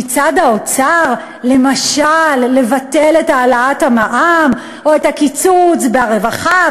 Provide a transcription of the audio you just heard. מצד האוצר למשל לבטל את העלאת המע"מ או את הקיצוץ ברווחה,